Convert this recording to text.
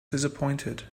disappointed